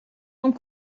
sont